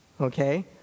Okay